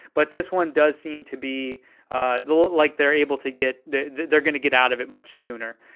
but this one does seem to be like they're able to get, that they're gonna get out of it much sooner.